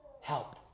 Help